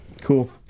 cool